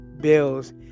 bills